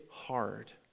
Hard